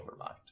Overmind